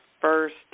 first